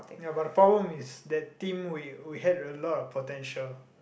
ya but the problem is that team we we had a lot of potential